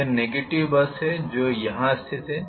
यह negative bus है जो यहाँ स्थित है